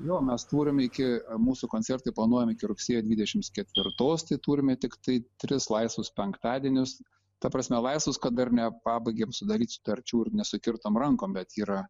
jo mes turim iki mūsų koncertai planuojami iki rugsėjo dvidešims ketvirtos tai turime tiktai tris laisvus penktadienius ta prasme laisvus kad dar nepabaigėm sudaryt sutarčių ir nesukirtom rankom bet yra